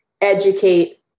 educate